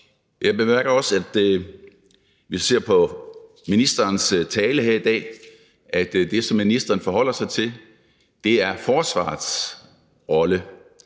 Jeg bemærker også, at i ministerens tale her i dag er det, ministeren forholder sig til, forsvarets rolle,